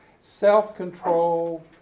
self-control